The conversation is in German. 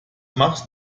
machst